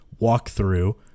walkthrough